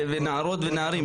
נערות ונערים.